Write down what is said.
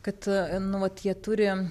kad nu vat jie turi